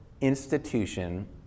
institution